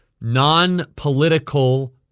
non-political